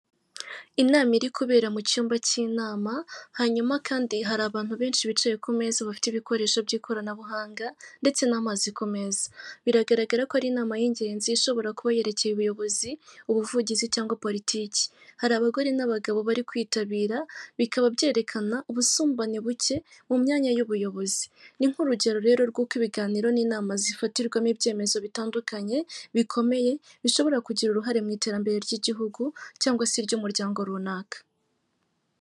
Inama iri kubera mu cyumba cy'inama hanyuma kandi hari abantu benshi bicaye ku meza bafite ibikoresho by'ikoranabuhanga ndetse n'amazi kumeza, biragaragara ko ari inama y'ingenzi ishobora kuba yerekeye ubuyobozi ubuvugizi cyangwa politiki hari abagore n'abagabo bari kwitabira bikaba byerekana ubusumbane buke mu myanya y'ubuyobozi ni nk'urugero rero rw'uko ibiganiro n'inama zifatirwamo ibyemezo bitandukanye bikomeye bishobora kugira uruhare mwiterambere ry'igihugu cyangwa se iryumuryango runaka.